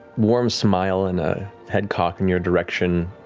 warm smile and a head cock in your direction.